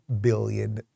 billion